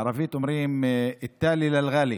בערבית אומרים: אטאלי אל-ר'אלי,